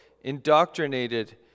indoctrinated